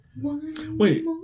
wait